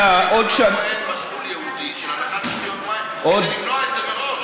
מדוע אין מסלול ייעודי של הנחת תשתיות מים כדי למנוע את זה מראש?